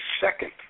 second